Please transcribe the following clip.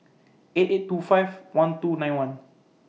eight eight two five one two nine one